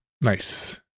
Nice